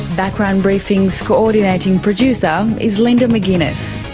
background briefing's coordinating producer is linda mcginness,